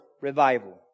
revival